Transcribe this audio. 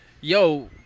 Yo